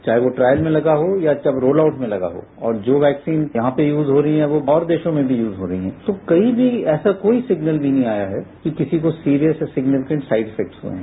चाहे वो ट्रायल में लगा हो या वो रोल आउट में लगा हो और जो वैक्सीन यहां पर यूज हो रही हैं वो और देशों में भी यूज हो रही हैं तो कहीं भी ऐसा कोई सिग्नल भी नहीं आया है कि किसी को serious and significant side effect हुए हैं